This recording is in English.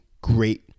great